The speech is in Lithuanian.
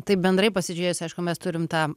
taip bendrai pasižiūrėjus aišku mes turim tą